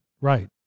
right